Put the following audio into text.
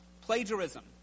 Plagiarism